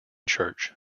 church